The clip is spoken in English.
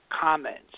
comments